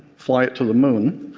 fly it to the moon,